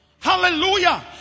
Hallelujah